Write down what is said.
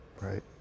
Right